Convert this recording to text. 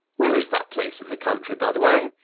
where is that place in the country, by the way?